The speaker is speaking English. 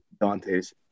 dante's